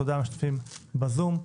תודה למשתתפים בזום,